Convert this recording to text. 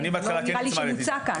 גם לא נראה לי שמוצע כאן.